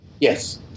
Yes